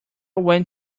went